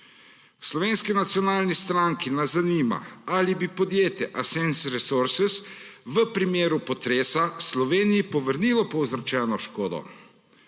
Slovenski nacionalni stranki nas zanima, ali bi podjetje Ascent Resources v primeru potresa Sloveniji povrnilo povzročeno škodo.